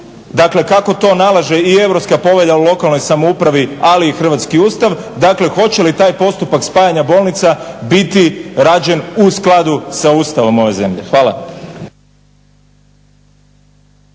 dakle kako to nalaže i Europska povelja o lokalnoj samoupravi, ali i hrvatski Ustav, dakle hoće li taj postupak spajanja bolnica biti rađen u skladu sa Ustavom ove zemlje? Hvala.